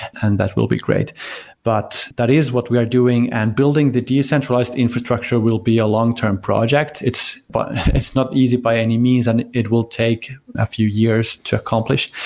and that will be great but that is what we are doing, and building the decentralized infrastructure will be a long-term project. it's but it's not easy by any means, and it will take a few years to accomplish.